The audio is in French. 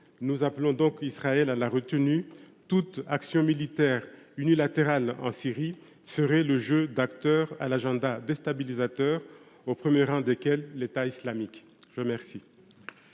Nous appelons donc Israël à la retenue. Toute action militaire unilatérale en Syrie ferait le jeu d’acteurs à l’agenda déstabilisateur, au premier rang desquels l’État islamique. La parole